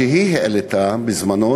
שהיא העלתה בזמנו,